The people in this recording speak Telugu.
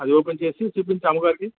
అది ఓపెన్ చేసి చూపించు అమ్మగారికి